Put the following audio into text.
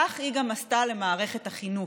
כך היא גם עשתה למערכת החינוך.